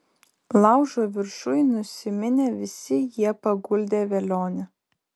laužo viršuj nusiminę visi jie paguldė velionį